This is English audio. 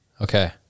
Okay